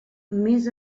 més